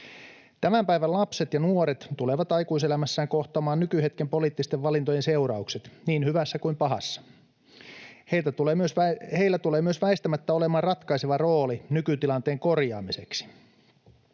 Tämän päivän lapset ja nuoret tulevat aikuiselämässään kohtaamaan nykyhetken poliittisten valintojen seuraukset niin hyvässä kuin pahassa. Heillä tulee myös väistämättä olemaan ratkaiseva rooli nykytilanteen korjaamiseksi.